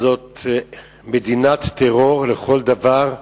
זאת מדינת טרור לכל דבר,